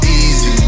easy